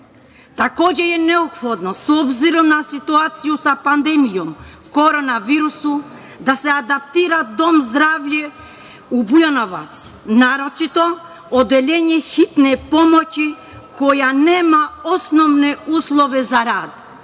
je neophodno, s obzirom na situaciju sa pandemijom korona virusa, da se adaptira dom zdravlja u Bujanovcu, naročito odeljenje hitne pomoći koja nema osnovne uslove za rad.